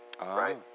right